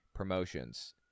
promotions